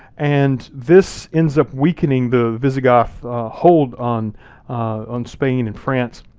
and this ends up weakening the visigoth hold on on spain and france.